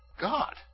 God